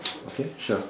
okay sure